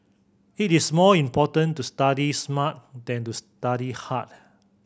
it is more important to study smart than to study hard